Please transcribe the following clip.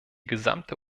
gesamte